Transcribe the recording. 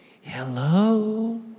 Hello